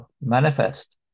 manifest